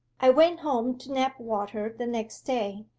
i went home to knapwater the next day,